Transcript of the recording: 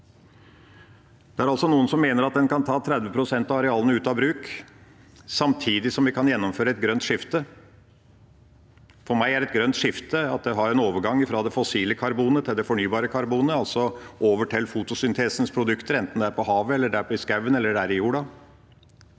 Det er altså noen som mener at en kan ta 30 pst. av arealene ut av bruk samtidig som vi kan gjennomføre et grønt skifte. For meg er et grønt skifte at vi har en overgang fra det fossile karbonet til det fornybare karbonet, altså over til fotosyntesens produkter, enten det er på havet, i skauen eller i jorda.